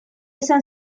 esan